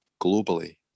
globally